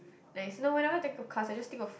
nice no whenever think of cars I just think of